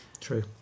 True